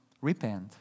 repent